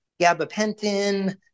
gabapentin